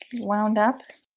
wound up